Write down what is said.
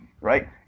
Right